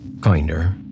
kinder